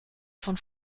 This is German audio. von